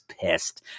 pissed